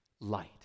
light